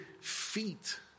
feet